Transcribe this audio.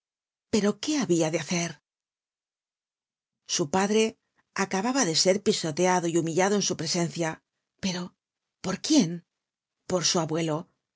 pero qué habia de hacer su padre acababa de ser pisoteado y humillado en su presencia pero por quién por su abuelo